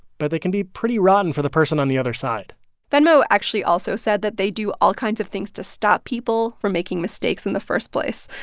but they can be pretty rotten for the person on the other side venmo actually also said that they do all kinds of things to stop people from making mistakes in the first place,